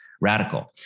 radical